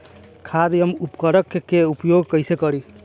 खाद व उर्वरक के उपयोग कइसे करी?